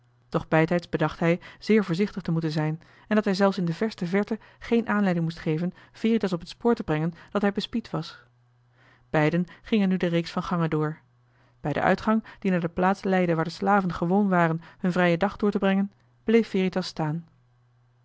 doch bijtijds bedacht hij zeer voorzichtig te moeten zijn en dat hij zelfs in de verste verte geen aanleiding moest geven veritas op het spoor te brengen dat hij bespied was beiden gingen nu de reeks van gangen door bij den uitgang die naar de plaats leidde waar de slaven gewoon waren hun vrijen dag door te brengen bleef veritas staan